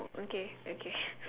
okay okay